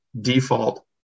default